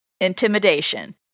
Intimidation